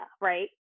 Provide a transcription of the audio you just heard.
right